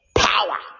power